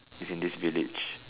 is in this village